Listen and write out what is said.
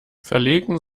verlegen